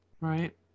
right